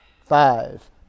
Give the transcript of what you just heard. five